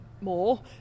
more